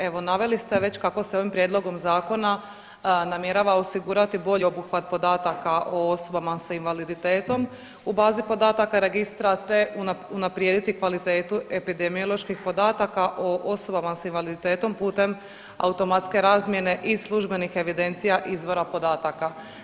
Evo, naveli ste već kako se ovim prijedlogom Zakona namjerava osigurati bolji obuhvat podataka o osobama s invaliditetom u bazi podataka Registra te unaprijediti kvalitetu epidemioloških podataka o osobama s invaliditetom putem automatske razmjene iz službenih evidencija izvora podataka.